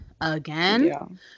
Again